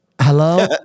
hello